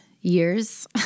Years